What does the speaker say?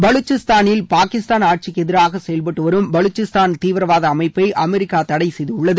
பலுசிஸ்தானில் பாகிஸ்தான் ஆட்சிக்கு எதிராக செயல்பட்டு வரும் பலுசிஸ்தான் தீவிரவாத அமைப்பை அமெரிக்கா தடைசெய்துள்ளது